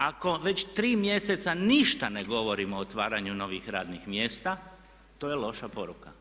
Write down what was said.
Ako već 3 mjeseca ništa ne govorimo o otvaranju novih radnih mjesta to je loša poruka.